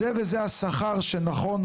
זה וזה השכר שנכון,